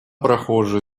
прохожие